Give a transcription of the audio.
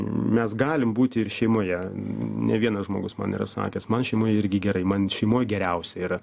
mes galim būti ir šeimoje ne vienas žmogus man yra sakęs man šeimoj irgi gerai man šeimoj geriausia yra